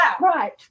Right